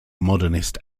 modernist